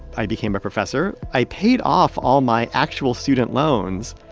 i became a professor. i paid off all my actual student loans.